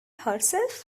herself